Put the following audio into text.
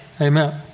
amen